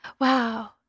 Wow